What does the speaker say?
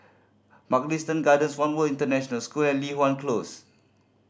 Mugliston Gardens One World International School and Li Hwan Close